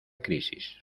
crisis